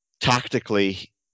tactically